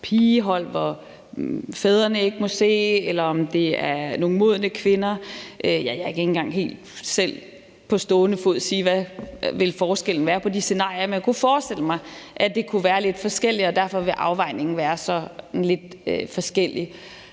pigehold, hvor fædrene ikke må se, eller om det er nogle modne kvinder. Jeg kan ikke engang selv på stående fod helt sige, hvad forskellen ville være på de scenarier, men jeg kunne forestille mig, at det kunne være lidt forskelligt, og derfor vil afvejningen også være lidt forskellig.